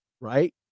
right